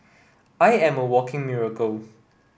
I am a walking miracle